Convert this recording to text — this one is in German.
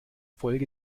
folge